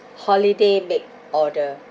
holiday make order